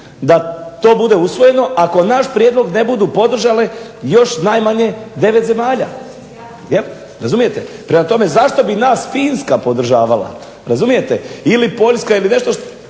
da to bude usvojeno ako naš prijedlog ne budu podržale još najmanje 9 zemalja. Razumijete? Prema tome, zašto bi nas Finska podržavala? Razumijete? Ili Poljska ili neki